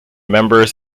members